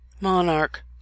monarch